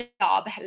job